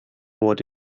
what